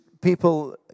people